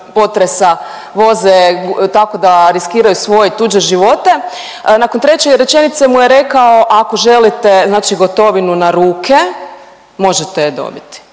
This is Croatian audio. potresa, voze tako da riskiraju svoje i tuđe živote nakon treće rečenice mu je rekao ako želite znači gotovinu na ruke možete je dobiti,